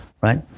right